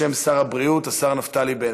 בשם שר הבריאות, השר נפתלי בנט.